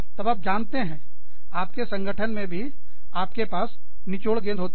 तब आप जानते हैं आपके संगठन में भी आपके पास निचोड़ गेंद होते हैं